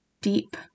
deep